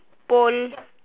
pole